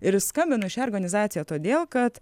ir skambinu į šią organizaciją todėl kad